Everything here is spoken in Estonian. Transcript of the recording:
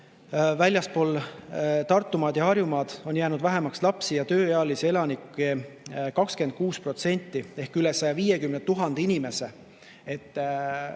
väljaspool Tartumaad ja Harjumaad jäänud vähemaks lapsi ja tööealisi elanikke 26% ehk üle 150 000 inimese,